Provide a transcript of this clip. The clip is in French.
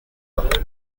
pas